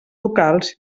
locals